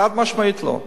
חד-משמעית לא.